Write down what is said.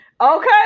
Okay